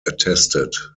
attested